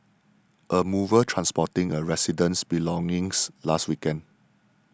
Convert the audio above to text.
a mover transporting a resident's belongings last weekend